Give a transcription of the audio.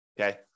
okay